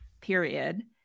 period